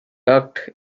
duct